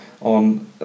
on